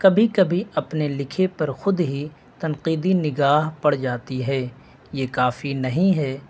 کبھی کبھی اپنے لکھے پر خود ہی تنقیدی نگاہ پڑ جاتی ہے یہ کافی نہیں ہے